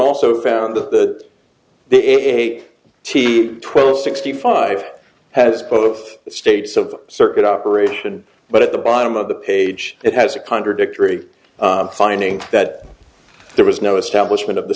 also found that the eight t twelve sixty five has both states of circuit operation but at the bottom of the page it has a contradictory finding that there was no establishment of the